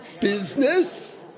business